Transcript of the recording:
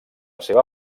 seva